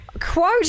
quote